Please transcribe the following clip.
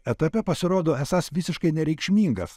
etape pasirodo esąs visiškai nereikšmingas